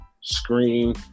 screen